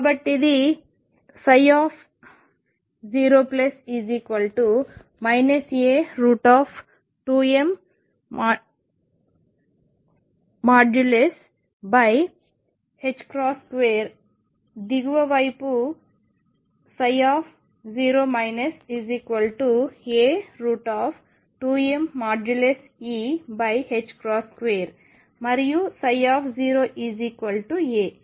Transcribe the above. కాబట్టి ఇది 0 A2mE 2 దిగువ వైపు 0 A2mE2 మరియు ψ A